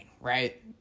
right